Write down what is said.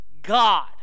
God